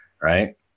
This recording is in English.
right